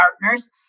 partners